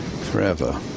forever